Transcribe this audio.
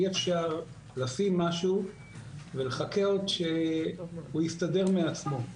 אי-אפשר לשים משהו ולחכות שהוא יסתדר מעצמו.